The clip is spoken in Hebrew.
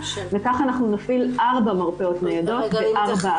וכך נפעיל ארבע מרפאות ניידות בארבע ערים.